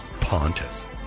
Pontus